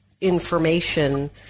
information